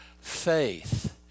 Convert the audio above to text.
faith